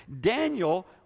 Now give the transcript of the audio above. Daniel